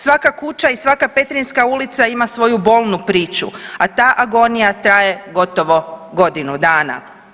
Svaka kuća i svaka Petrinjska ulica ima svoju bolnu priču, a ta agonija traje gotovo godinu dana.